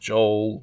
Joel